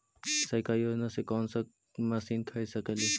सरकारी योजना से कोन सा मशीन खरीद सकेली?